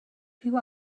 rhyw